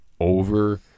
over